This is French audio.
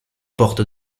portes